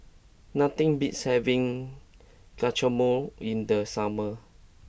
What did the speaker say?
nothing beats having Guacamole in the summer